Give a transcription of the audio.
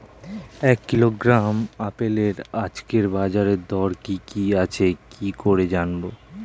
এক কিলোগ্রাম আপেলের আজকের বাজার দর কি কি আছে কি করে জানবো?